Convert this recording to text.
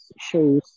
shows